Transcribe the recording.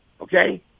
Okay